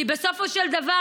כי בסופו של דבר,